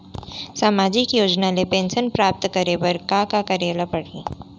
सामाजिक योजना ले पेंशन प्राप्त करे बर का का करे ल पड़ही?